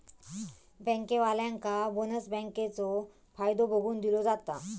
बँकेवाल्यांका बोनस बँकेचो फायदो बघून दिलो जाता